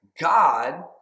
God